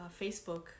Facebook